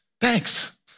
thanks